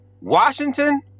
Washington